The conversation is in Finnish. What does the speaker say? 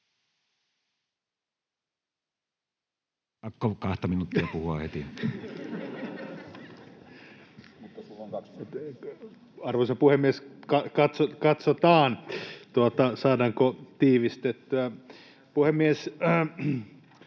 Arvoisa puhemies! Katsotaan, saadaanko tiivistettyä. Puhemies!